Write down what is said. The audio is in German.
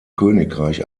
königreich